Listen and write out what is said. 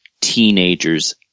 teenagers